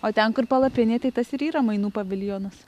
o ten kur palapinė tai tas ir yra mainų paviljonas